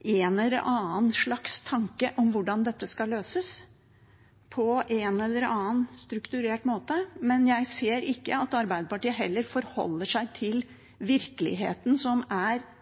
en eller annen slags tanke om hvordan dette skal løses, på en eller annen strukturert måte, men jeg ser ikke at Arbeiderpartiet heller forholder seg til virkeligheten for dem som søker asyl og er